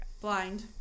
Blind